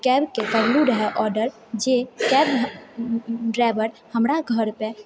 कैबके करलु रहै ऑर्डर जे कैब ड्राइवर हमरा घरपे